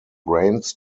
brains